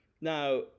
Now